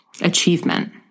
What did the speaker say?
achievement